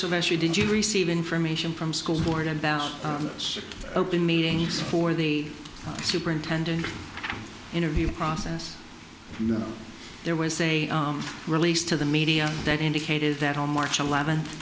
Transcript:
she did you receive information from school board about the open meetings for the superintendent interview process you know there was a release to the media that indicated that on march eleventh